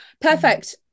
Perfect